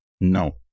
No